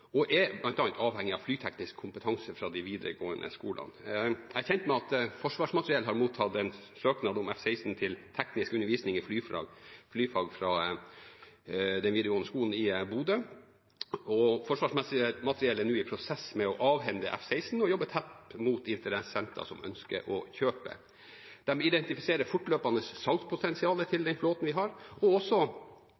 flyteknisk kompetanse fra de videregående skolene. Jeg er kjent med at Forsvarsmateriell har mottatt en søknad om F-16 til teknisk undervisning i flyfag fra den videregående skolen i Bodø. Forsvarsmateriell er nå i prosess med å avhende F-16 og jobber tett mot interessenter som ønsker å kjøpe. De identifiserer fortløpende salgspotensialet til